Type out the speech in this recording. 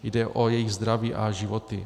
Jde o jejich zdraví a životy.